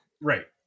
Right